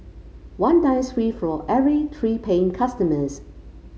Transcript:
one dines free for every three paying customers